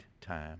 time